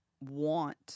want